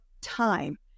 time